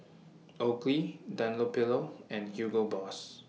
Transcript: Oakley Dunlopillo and Hugo Boss